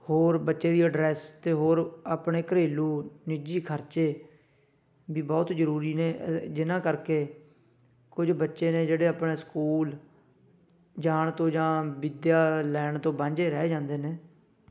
ਹੋਰ ਬੱਚੇ ਦੀ ਅ ਡਰੈਸ ਅਤੇ ਹੋਰ ਆਪਣੇ ਘਰੇਲੂ ਨਿੱਜੀ ਖਰਚੇ ਵੀ ਬਹੁਤ ਜ਼ਰੂਰੀ ਨੇ ਜਿਨ੍ਹਾਂ ਕਰਕੇ ਕੁਝ ਬੱਚੇ ਨੇ ਜਿਹੜੇ ਆਪਣੇ ਸਕੂਲ ਜਾਣ ਤੋਂ ਜਾਂ ਵਿੱਦਿਆ ਲੈਣ ਤੋਂ ਵਾਂਝੇ ਰਹਿ ਜਾਂਦੇ ਨੇ